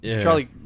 Charlie